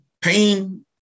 Pain